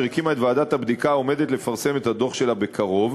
אשר הקימה את ועדת הבדיקה העומדת לפרסם את הדוח שלה בקרוב,